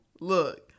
look